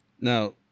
now